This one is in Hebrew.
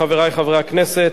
חברי חברי הכנסת,